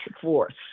force